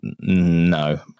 no